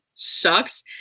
sucks